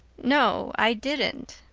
no, i didn't.